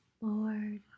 Lord